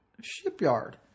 shipyard